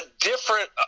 different